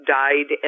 died